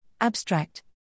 Abstract